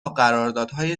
قراردادهای